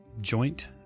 joint